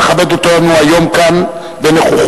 המכבדת אותנו היום כאן בנוכחותה.